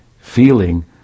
feeling